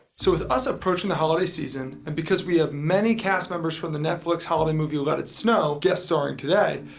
so with us approaching the holiday season, and because we have many cast members from the netflix holiday movie let it snow guest starring today,